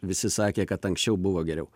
visi sakė kad anksčiau buvo geriau